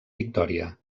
victòria